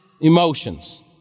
emotions